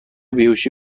بیهوشی